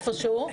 איפה שהוא,